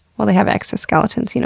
well, they have exoskeletons. you know